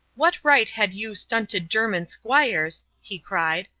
what right had you stunted german squires, he cried,